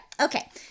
Okay